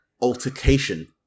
altercation